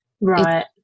right